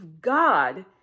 God